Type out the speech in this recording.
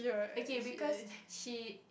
okay because she